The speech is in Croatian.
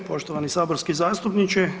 Poštovani saborski zastupniče.